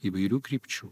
įvairių krypčių